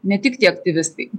ne tik tie aktyvistai